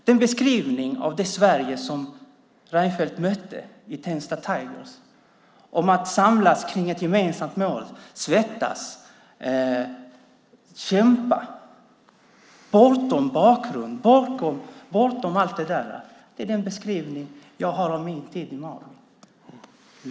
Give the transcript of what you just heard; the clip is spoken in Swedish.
Den beskrivning av det Sverige som Reinfeldt mötte i Tensta Tigers - att samlas kring ett gemensamt mål, svettas och kämpa bortom bakgrund - är den beskrivning jag har av min tid i Malbas.